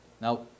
now